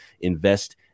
invest